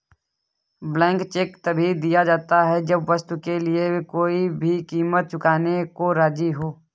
blank cheque तभी दिया जाता है जब वस्तु के लिए कोई भी कीमत चुकाने को राज़ी हो